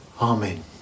Amen